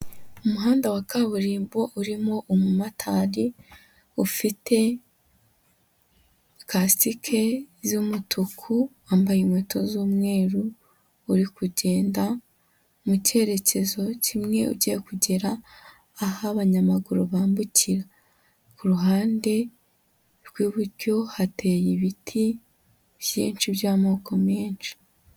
Umuhanda wa kaburimbo urimo umumotari ufite kasike z'umutuku, wambaye inkweto z'umweru, uri kugenda mu cyerekezo kimwe, ugiye kugera aho abanyamaguru bambukira, ku ruhande rw'iburyo hateye ibiti byinshi by'amoko menshi.